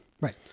Right